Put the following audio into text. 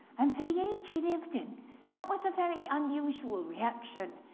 and for the age he lived in that was a very unusual reaction,